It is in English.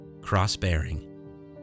cross-bearing